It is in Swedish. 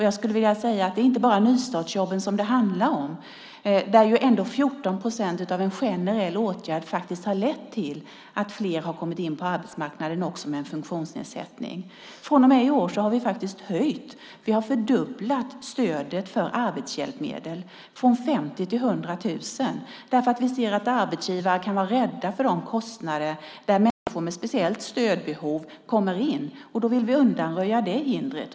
Jag skulle vilja säga att det inte bara är nystartsjobben som det handlar om där ju ändå 14 procent av en generell åtgärd faktiskt har lett till att fler med en funktionsnedsättning har kommit in på arbetsmarknaden. Från och med i år har vi faktiskt fördubblat stödet för arbetshjälpmedel från 50 000 till 100 000 kronor därför att vi ser att arbetsgivare kan vara rädda för kostnaderna när människor med speciellt stödbehov kommer in, och då vill vi undanröja det hindret.